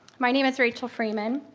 my name is rachel freeman,